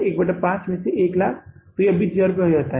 1 में 5 से 100000 तो यह 20000 रुपये हो जाता है